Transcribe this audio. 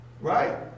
Right